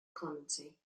clemency